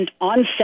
onset